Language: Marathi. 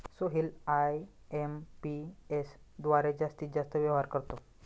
सोहेल आय.एम.पी.एस द्वारे जास्तीत जास्त व्यवहार करतो